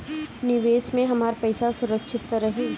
निवेश में हमार पईसा सुरक्षित त रही?